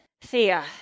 Thea